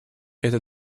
это